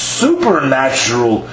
supernatural